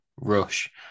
Rush